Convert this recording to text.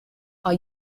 are